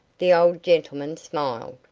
the old gentleman smiled.